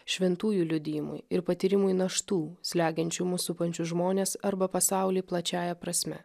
šventųjų liudijimui ir patyrimui naštų slegiančių mus supančius žmones arba pasaulį plačiąja prasme